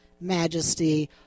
majesty